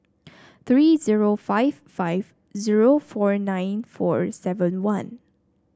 three zero five five zero four nine four seven one